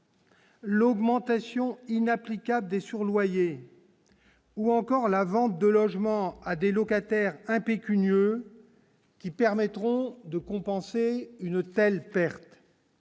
L'augmentation inapplicable des surloyers ou encore la vente de logements à des locataires impécunieux qui permettront de compenser une telle perte.